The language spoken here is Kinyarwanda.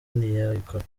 ntiyabikora